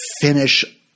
finish